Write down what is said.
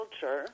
culture